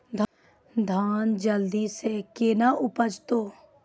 धान जल्दी से के ना उपज तो?